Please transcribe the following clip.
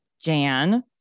Jan